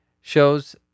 shows